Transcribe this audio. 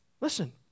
Listen